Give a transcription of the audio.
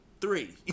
three